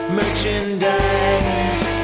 merchandise